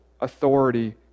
authority